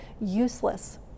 useless